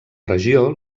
regió